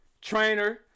trainer